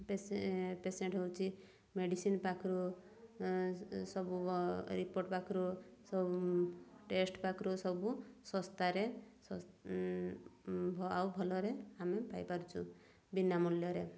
patient ହେଉଛି medicine ପାଖରୁ ସବୁ ରିପୋର୍ଟ ପାଖରୁ ସବୁ ଟେଷ୍ଟ୍ ପାଖରୁ ସବୁ ଶସ୍ତାରେ ଆଉ ଭଲରେ ଆମେ ପାଇପାରୁଛୁ ବିନା ମୂଲ୍ୟରେ